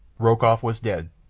rokoff was dead,